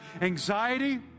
Anxiety